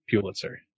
Pulitzer